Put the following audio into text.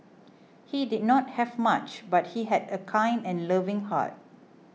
he did not have much but he had a kind and loving heart